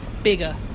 bigger